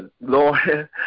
Lord